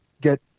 get